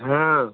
ହଁ